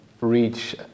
reach